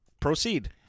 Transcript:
Proceed